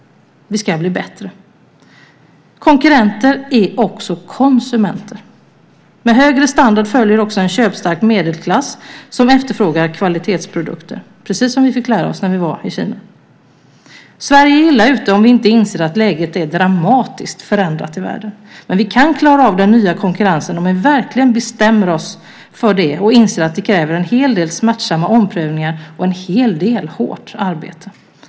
Vi ska bli bättre. Konkurrenter är också konsumenter. Med högre standard följer också en köpstark medelklass som efterfrågar kvalitetsprodukter, precis som vi fick lära oss när vi var i Kina. Sverige är illa ute om vi inte inser att läget är dramatiskt förändrat i världen. Men vi kan klara av den nya konkurrensen om vi verkligen bestämmer oss för det och inser att det kräver en hel del smärtsamma omprövningar och en hel del hårt arbete.